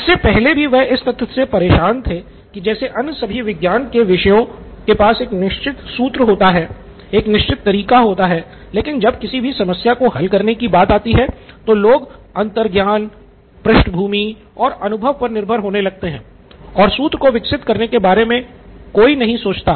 इससे पहले भी वह इस तथ्य से परेशान थे कि जैसे अन्य सभी विज्ञान के विषयों के पास एक निश्चित सूत्र होता हैएक निश्चित तरीका होता है लेकिन जब किसी भी समस्या को हल करने की बात आती है तो लोग अंतर्ज्ञान पृष्ठभूमि और अनुभव पर निर्भर होने लगते हैं और सूत्र को विकसित करने के बारे में कोई नहीं सोचता था